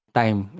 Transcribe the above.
time